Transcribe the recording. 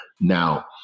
now